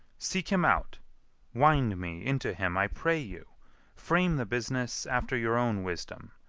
seek him out wind me into him, i pray you frame the business after your own wisdom.